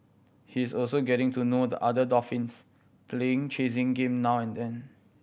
he is also getting to know the other dolphins playing chasing game now and then